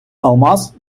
алмаз